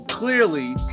Clearly